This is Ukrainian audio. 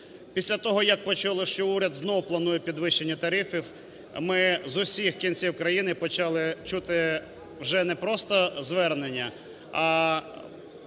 Після того, як почули, що уряд знову планує підвищення тарифів, ми з усіх кінців країни почали чути вже не просто звернення, а